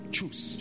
Choose